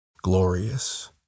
glorious